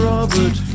Robert